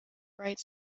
bright